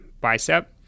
bicep